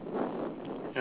!aiya!